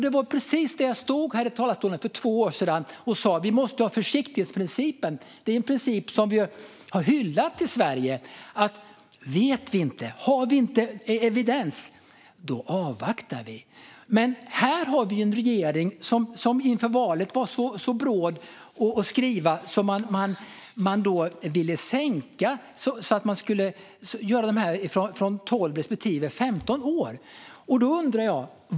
Det var precis vad jag för två år sedan sa i talarstolen; vi måste använda försiktighetsprincipen. Det är en princip som vi har hyllat i Sverige: Om det inte finns evidens avvaktar vi. Här har vi en regering som inför valet var bråd att skriva att man ville sänka åldersgränsen till 12 respektive 15 år.